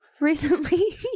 recently